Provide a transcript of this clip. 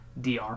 DR